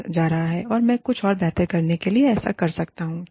मैं कुछ और बेहतर करने के लिए ऐसा कर सकता हूं